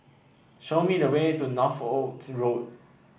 show me the way to Northolt Road